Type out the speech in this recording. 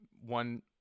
One